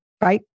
right